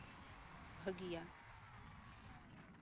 ᱵᱷᱟᱹᱜᱤᱭᱟ